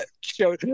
show